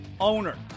owner